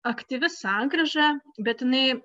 aktyvi sankryža bet jinai